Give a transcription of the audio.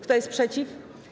Kto jest przeciw?